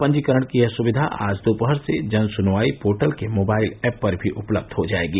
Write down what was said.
पंजीकरण की यह सुक्धा आज दोपहर से जनसुनवाई पोर्टल के मोबाइल ऐप पर भी उपलब्ध हो जाएगी